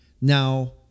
Now